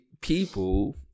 people